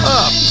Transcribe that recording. up